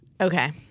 Okay